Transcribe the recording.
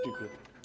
Dziękuję.